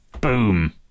boom